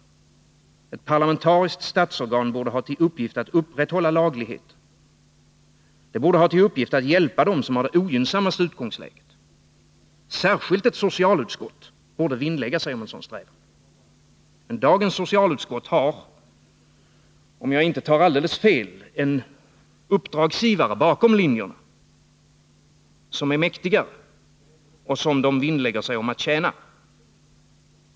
Ett parlamentariskt statstorgan borde ha till uppgift att upprätthålla lagligheten. Det borde ha till uppgift att hjälpa dem som har det ogynnsammaste utgångsläget. Särskilt ett socialutskott borde vinnlägga sig om en sådan strävan. Men dagens socialutskott har, om jag inte tar alldeles fel, en uppdragsgivare bakom linjerna som är mäktigare och som man vinnlägger sig om att tjäna.